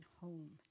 home